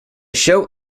show